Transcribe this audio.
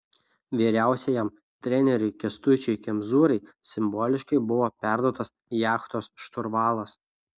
vyriausiajam treneriui kęstučiui kemzūrai simboliškai buvo perduotas jachtos šturvalas